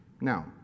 Now